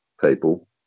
people